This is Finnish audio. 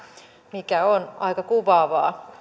mikä on aika kuvaavaa